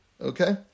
Okay